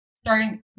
Starting